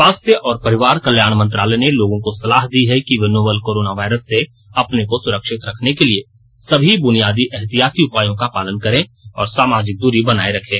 स्वास्थ्य और परिवार कल्याण मंत्रालय ने लोगों को सलाह दी है कि ये नोवल कोरोना वायरस से अपने को सुरक्षित रखने के लिए सभी बुनियादी एहतियाती उपायों का पालन करें और सामाजिक दूरी बनाए रखें